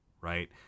right